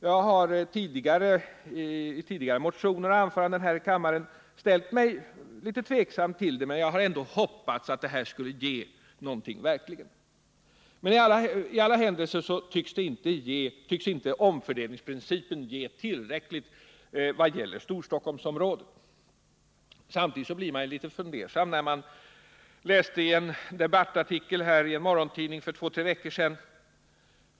Jag har i tidigare motioner och anföranden här i kammaren ställt mig litet tveksam till en omfördelning, men jag har ändå hoppats att en sådan verkligen skulle ge någonting. I alla händelser tycks inte omfördelningsprincipen ge tillräckligt beträffande Storstockholmsområdet. Samtidigt kunde man bli litet fundersam när man läste en debattartikel i en morgontidning för två tre veckor sedan.